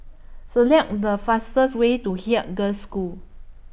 Select The fastest Way to Haig Girls' School